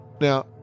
Now